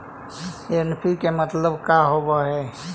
NPK मतलब का होव हइ?